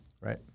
Right